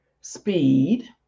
speed